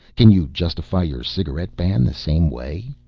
can you justify your cigarette ban the same way?